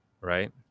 right